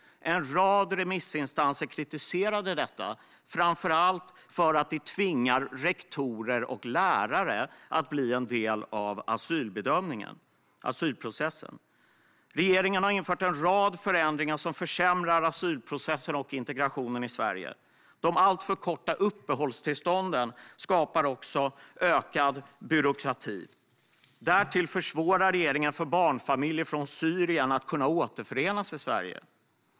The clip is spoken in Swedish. En rad remissinstanser kritiserade detta, framför allt för att det tvingar rektorer och lärare att bli en del av asylprocessen. Regeringen har infört en rad förändringar som försämrar asylprocessen och integrationen i Sverige. De alltför korta uppehållstillstånden skapar också ökad byråkrati. Därtill försvårar regeringen för barnfamiljer från Syrien att kunna återförenas i Sverige.